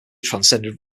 transcended